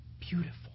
beautiful